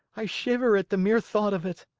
i shiver at the mere thought of it.